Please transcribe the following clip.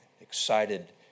excited